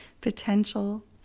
potential